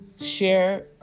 share